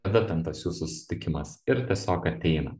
kada ten tas jūsų susitikimas ir tiesiog ateina